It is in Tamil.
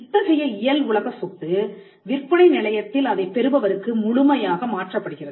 இத்தகைய இயல் உலக சொத்து விற்பனை நிலையத்தில் அதைப் பெறுபவருக்கு முழுமையாக மாற்றப்படுகிறது